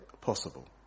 possible